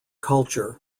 culture